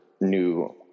new